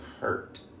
hurt